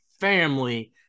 family